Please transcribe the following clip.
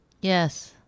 Yes